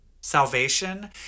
Salvation